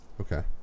okay